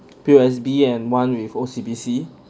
P_O_S_B and one with O_C_B_C